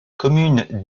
commune